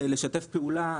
לשתף פעולה.